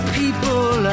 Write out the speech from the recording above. people